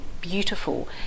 beautiful